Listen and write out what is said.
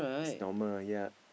it's normal yea